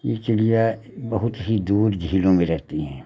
यह चिड़ियाँ बहुत ही दूर झीलों में रहती हैं